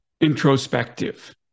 introspective